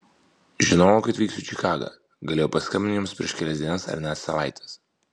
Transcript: žinojau kad vyksiu į čikagą galėjau paskambinti joms prieš kelias dienas ar net savaites